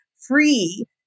free